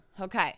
Okay